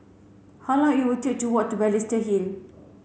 how long it will take to walk to Balestier Hill